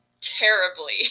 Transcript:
terribly